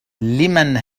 لمن